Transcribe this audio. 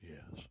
Yes